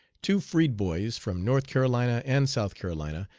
two freed boys, from north carolina and south carolina,